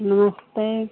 नमस्ते